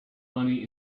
money